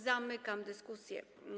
Zamykam dyskusję.